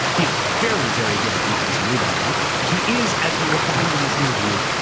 he is very, very good at defense and rebounding. he is, as you will find in this interview,